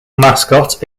mascot